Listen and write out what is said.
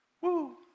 Woo